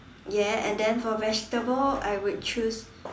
ya and then for vegetable I would choose